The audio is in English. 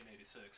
1986